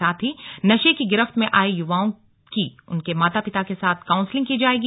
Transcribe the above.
सांथ ही नशे की गिरफ्त में आये युवाओं की उनके माता पिता के साथ काउन्सलिंग की जाएगी